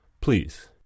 please